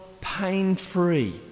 pain-free